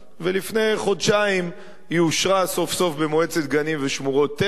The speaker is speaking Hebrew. ולפני חודשיים היא אושרה סוף-סוף במועצת גנים לאומיים ושמורות טבע,